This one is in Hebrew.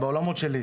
בעולמות שלי.